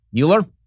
Euler